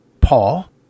Paul